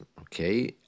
okay